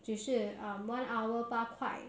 只是 uh one hour 八块